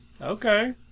Okay